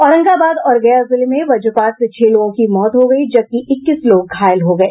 औरंगाबाद और गया जिले में वज्रपात से छह लोगों की मौत हो गयी है जबकि इक्कीस लोग घायल हो गये